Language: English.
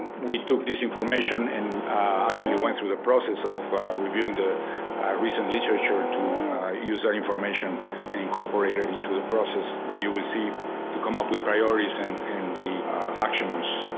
we took this information and actually went through the process of reviewing the recent literature to use that information and incorporate it into the process that you will see to come up with priorities and and the actions,